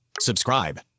Subscribe